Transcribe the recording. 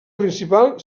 principal